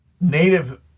native